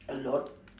a lot